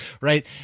Right